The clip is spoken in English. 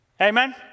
Amen